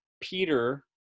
Peter